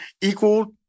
equal